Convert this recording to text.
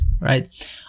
right